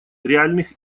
реальных